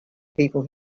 people